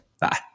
Bye